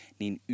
niin